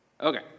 Okay